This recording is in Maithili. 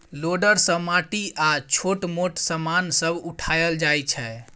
लोडर सँ माटि आ छोट मोट समान सब उठाएल जाइ छै